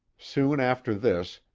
soon after this,